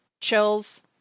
chills